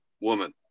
woman